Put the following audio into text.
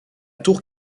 tour